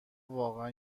واقعا